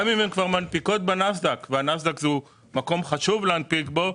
אם הם כבר מנפיקות בנאסד"ק והנאסד"ק זהו מקום חשוב להנפיק בו,